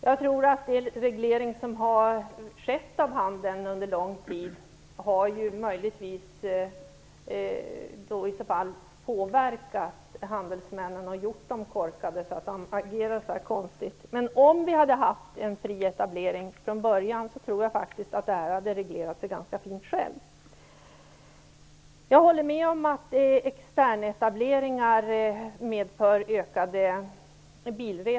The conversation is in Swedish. Jag tror att den reglering som under lång tid har skett av handeln i så fall har påverkat handelsmännen så att de blivit så korkade att de agerar så här konstigt. Men om vi hade haft en fri etablering från början tror jag faktiskt att detta hade reglerat sig självt. Jag håller med om att externetableringar medför ökad biltrafik.